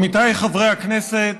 עמיתיי חברי הכנסת,